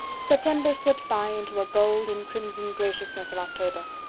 september slipped by into a gold and crimson graciousness of october.